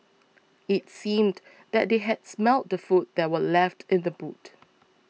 it seemed that they had smelt the food that were left in the boot